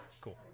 cool